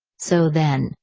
so then,